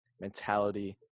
mentality